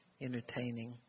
entertaining